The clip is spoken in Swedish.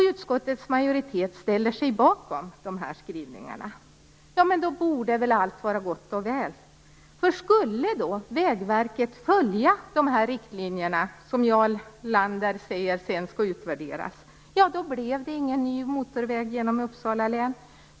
Utskottets majoritet ställer sig bakom den här skrivningen. Men då borde väl allt vara gott och väl. Om då Vägverket skulle följa de här riktlinjerna, som Jarl Lander säger sedan skall utvärderas, blir det ingen ny motorväg genom Uppsala län.